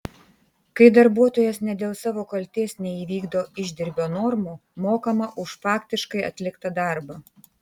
kai darbuotojas ne dėl savo kaltės neįvykdo išdirbio normų mokama už faktiškai atliktą darbą